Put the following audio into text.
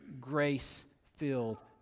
grace-filled